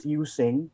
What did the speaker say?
using